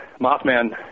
Mothman